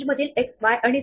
अशाप्रकारे knight move होते